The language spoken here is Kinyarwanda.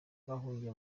bahungiye